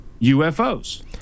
ufos